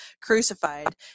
crucified